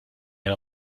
der